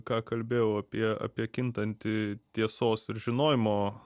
ką kalbėjau apie apie kintantį tiesos ir žinojimo